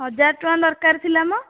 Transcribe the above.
ହଜାର ଟଙ୍କା ଦରକାର ଥିଲା ମ